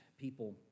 people